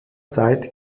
zeit